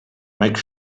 make